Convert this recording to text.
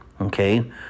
Okay